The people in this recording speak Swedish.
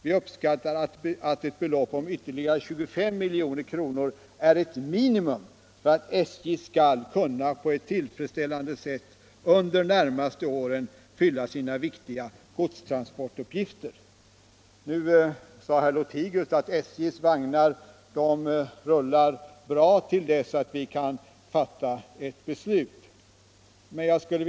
Vi uppskattar att ett belopp om ytterligare 25 milj.kr. är ett minimum för att SJ skall kunna på ett tillfredsställande sätt under närmaste åren fylla sina viktiga godstransportuppgifter.” Nu sade herr Lothigius att SJ:s vagnar rullar bra till dess att vi kan fatta ett beslut på grundval av förslag från trafikpolitiska utredningen.